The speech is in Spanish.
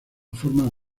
forma